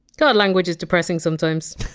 god, language is depressing sometimes.